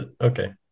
Okay